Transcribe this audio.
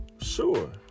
Sure